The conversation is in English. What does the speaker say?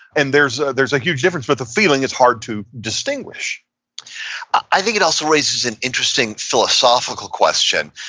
and there's ah there's a huge difference, but the feeling is hard to distinguish i think it also raises an interesting philosophical question,